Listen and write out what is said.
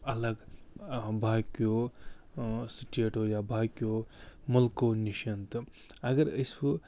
اَلگ باقِیَو سِٹیٹَو یا باقِیَو مُلکَو نِش تہٕ اگر أسۍ وٕ